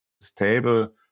stable